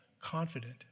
confident